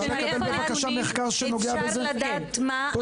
איפה הנתונים?